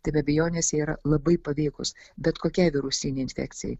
tai be abejonės jie yra labai paveikūs bet kokiai virusinei infekcijai